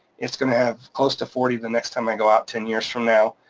it's gonna have close to forty the next time i go out ten years from now.